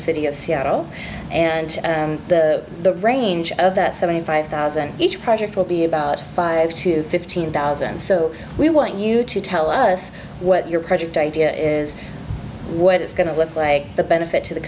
city of seattle and the range of that seventy five thousand each project will be about five to fifteen thousand so we want you to tell us what your project idea is what it's going to look like the benefit to the